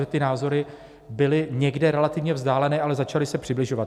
Ty názory byly někde relativně vzdálené, ale začaly se přibližovat.